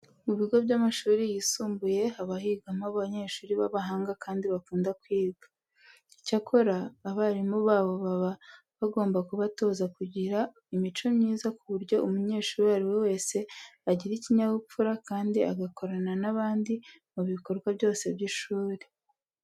Mu bigo by'amashuri yisumbuye haba higamo abanyeshuri b'abahanga kandi bakunda kwiga. Icyakora, abarimu babo baba bagomba kubatoza kugira imico myiza ku buryo umunyeshuri uwo ari we wese agira ikinyabupfura kandi agakorana n'abandi mu bikorwa byose by'ishuri.